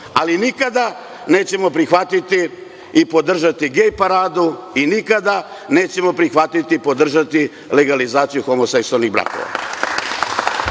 ali nikada nećemo prihvatiti i podržati gej paradu i nikada nećemo prihvatiti i podržati legalizaciju homoseksualnih brakova.